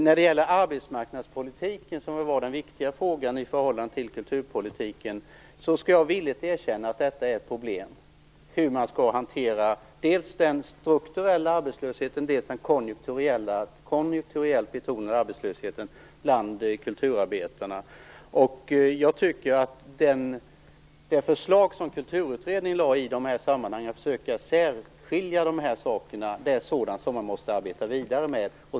När det gäller arbetsmarknadspolitikens förhållande till kulturpolitiken, som väl var den viktiga frågan, skall jag villigt erkänna att detta är ett problem. Frågan är hur man skall hantera dels den strukturella arbetslösheten, dels den konjunkturellt betonade arbetslösheten bland kulturarbetarna. Jag tycker att det förslag som Kulturutredningen lade fram i de här sammanhangen, om att försöka särskilja de här sakerna, är sådant som man måste arbeta vidare med.